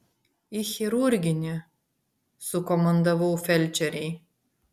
į chirurginį sukomandavau felčerei